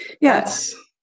Yes